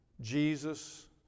Jesus